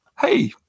hey